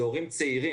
זה הורים צעירים.